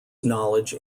knowledge